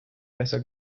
besser